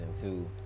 two